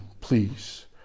please